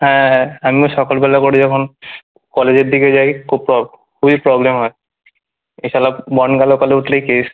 হ্যাঁ হ্যাঁ আমিও সকালবেলা করে যখন কলেজের দিকে যাই খুব প্র খুবই প্রবলেম হয় এ শালা বনগাঁ লোকালে উঠলেই কেস